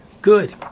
Good